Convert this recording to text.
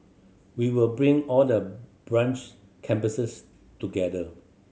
we will bring all the branch campuses together